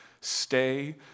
stay